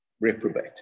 Reprobate